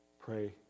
pray